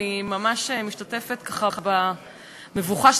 אני ממש משתתפת במבוכה,